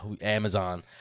Amazon